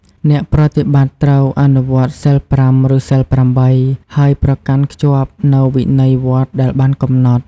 អ្នកប្រតិបត្តិត្រូវអនុវត្ត សីល៥ ឬ សីល៨ ហើយប្រកាន់ខ្ជាប់នូវវិន័យវត្តដែលបានកំណត់។